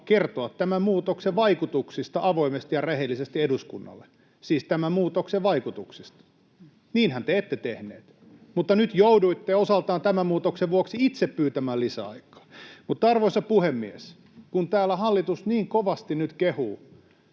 kertoa tämän muutoksen vaikutuksista avoimesti ja rehellisesti eduskunnalle — siis tämän muutoksen vaikutuksista. Niinhän te ette tehneet, mutta nyt jouduitte osaltaan tämän muutoksen vuoksi itse pyytämään lisäaikaa. Mutta, arvoisa puhemies, kun täällä hallitus niin kovasti nyt kehuu